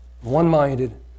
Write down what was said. one-minded